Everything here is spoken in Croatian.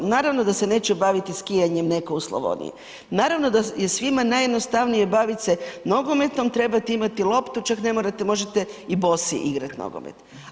Naravno da se neće baviti skijanjem neko u Slavoniji, naravno da je svima najjednostavnije bavit se nogometom, trebati imati loptu čak ne morate možete i bosi igrati nogomet.